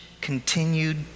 continued